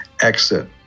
exit